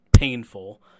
Painful